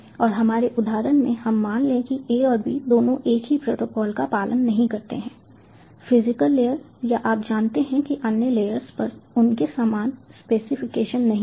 और हमारे उदाहरण में हम मान लें कि A और B दोनों एक ही प्रोटोकॉल का पालन नहीं करते हैं फिजिकल लेयर या आप जानते हैं अन्य लेयर्स पर उनके समान स्पेसिफिकेशन नहीं थे